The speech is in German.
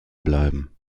bleiben